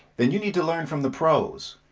then you need to learn from the pros.